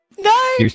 No